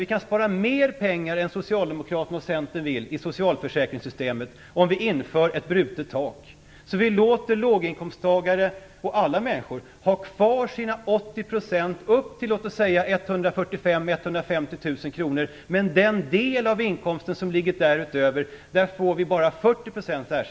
Vi kan spara mer pengar än vad Socialdemokraterna och Centern vill i socialförsäkringssystemet om vi inför ett brutet tak, så vi låter låginkomsttagare och alla andra ha kvar sina 80 % i ersättning upp till låt oss säga 145 000-150 000 kr medan man bara får 40 % i ersättning för den del av inkomsten som ligger därutöver.